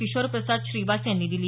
किशोर प्रसाद श्रीवास यांनी दिली